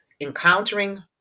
encountering